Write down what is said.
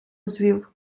звів